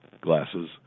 glasses